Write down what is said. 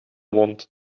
wond